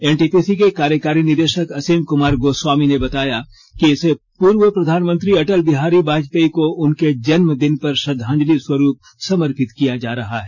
NTPC के कार्यकारी निदेशक असीम कुमार गोस्वामी ने बताया कि इसे पूर्व प्रधानमंत्री अटल बिहारी वाजपेयी को उनके जन्मदिन पर श्रद्वांजलि स्वरूप समर्पित किया जा रहा हैं